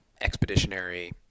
expeditionary